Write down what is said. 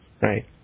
right